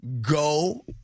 go